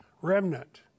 remnant